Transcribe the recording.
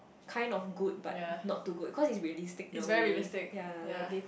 kind of good but not too good cause it's realistic in a way ya like they